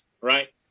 right